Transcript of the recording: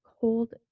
cold